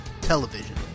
television